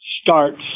starts